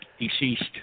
deceased